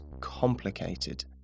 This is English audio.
complicated